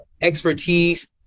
expertise